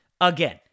again